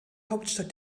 hauptstadt